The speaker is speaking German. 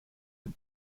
dem